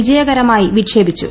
വിജയകരമായി വിക്ഷേപിച്ചു